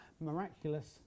miraculous